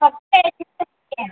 फक्त एकच सुट्टी आहे